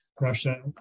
Russia